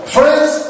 Friends